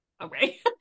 Okay